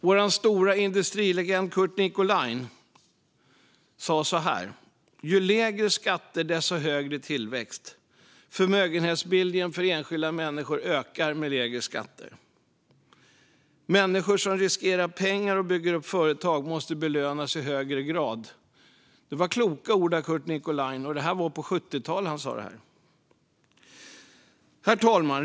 Vår stora industrilegend Curt Nicolin sa så här: Ju lägre skatter desto högre tillväxt. Förmögenhetsbildningen för enskilda människor ökar med lägre skatter. Människor som riskerar pengar och bygger upp företag måste belönas i högre grad. Det var kloka ord av Curt Nicolin. Det var på 1970-talet han sa detta. Herr talman!